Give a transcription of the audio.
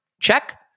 check